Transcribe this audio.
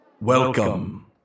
Welcome